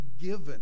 given